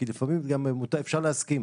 כי לפעמים אפשר להסכים.